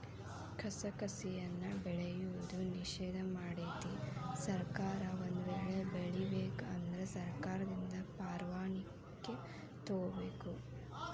ಕಸಕಸಿಯನ್ನಾ ಬೆಳೆಯುವುದು ನಿಷೇಧ ಮಾಡೆತಿ ಸರ್ಕಾರ ಒಂದ ವೇಳೆ ಬೆಳಿಬೇಕ ಅಂದ್ರ ಸರ್ಕಾರದಿಂದ ಪರ್ವಾಣಿಕಿ ತೊಗೊಬೇಕ